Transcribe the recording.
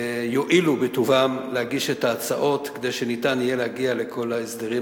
יואילו בטובן להגיש את ההצעות,